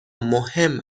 مهم